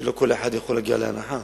שלא כל אחד יכול להגיע להנחה.